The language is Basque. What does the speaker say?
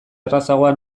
errazagoa